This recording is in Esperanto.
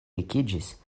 vekiĝis